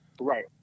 Right